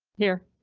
here.